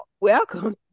Welcome